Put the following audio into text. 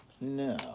No